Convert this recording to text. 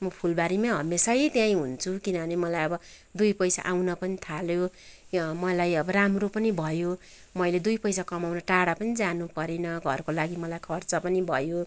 म फुलबाारीमै हमेसा त्यहीँ हुन्छु कनभने मलाई अब दुई पैसा आउन पनि थाल्यो यो मलाई राम्रो पनि भयो मैले दुई पैसा कमाउन टाढा पनि जानु परेन घरको लागि मलाई खर्च पनि भयो